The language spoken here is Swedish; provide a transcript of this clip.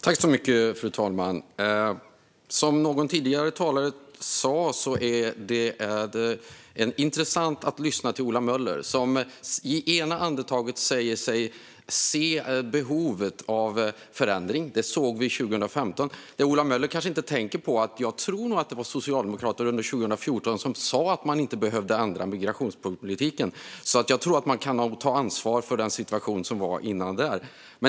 Fru talman! Som någon tidigare talare sa är det intressant att lyssna till Ola Möller, som säger sig se behovet av förändring. Det såg vi 2015. Det som Ola Möller kanske inte tänker på är att det fanns socialdemokrater, tror jag, som under 2014 sa att man inte behövde ändra migrationspolitiken. Jag tror nog att man kan ta ansvar för den situation som rådde tidigare.